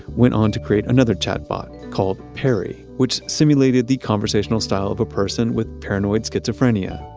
went on to create another chatbot called parry, which simulated the conversational style of a person with paranoid schizophrenia.